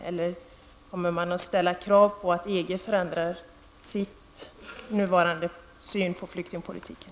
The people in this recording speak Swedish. Eller kommer vi att ställa krav på att EG förändrar sin nuvarande syn på flyktingpolitiken?